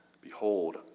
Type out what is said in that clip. behold